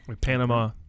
Panama